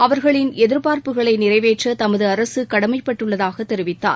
அவர்களின் எதிர்பார்ப்புகளை நிறைவேற்ற தமது அரசு கடமைப்பட்டுள்ளதாக தெரிவித்தார்